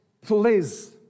please